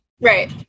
right